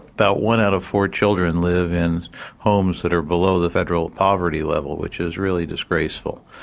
about one out of four children live in homes that are below the federal poverty level, which is really disgraceful,